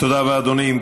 תודה רבה, אדוני.